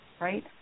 right